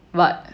but